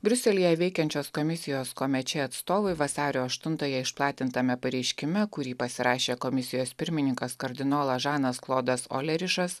briuselyje veikiančios komisijos comece atstovai vasario aštuntąją išplatintame pareiškime kurį pasirašė komisijos pirmininkas kardinolas žanas klodas olerišas